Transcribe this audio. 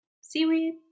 seaweed